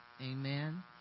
Amen